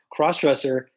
crossdresser